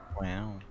Wow